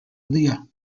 lea